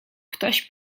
ktoś